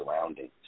surroundings